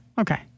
Okay